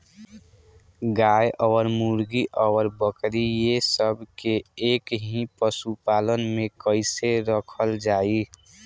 गाय और मुर्गी और बकरी ये सब के एक ही पशुपालन में कइसे रखल जाई?